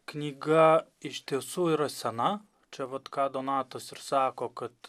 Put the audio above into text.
knyga iš tiesų yra sena čia vat ką donatas ir sako kad